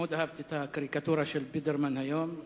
מאוד אהבתי את הקריקטורה של בידרמן היום,